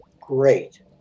great